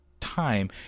time